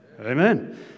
Amen